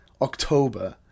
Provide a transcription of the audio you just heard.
October